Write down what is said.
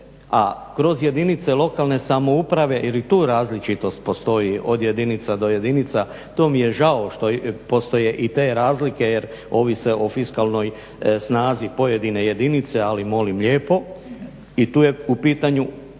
a kroz jedinice lokalne samouprave ili tu različitost postoji od jedinica do jedinica, to mi je žao što postoje i te razlike jer ovise o fiskalnoj snazi pojedine jedince ali molim lijepo i tu je u pitanju ta